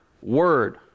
word